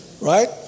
Right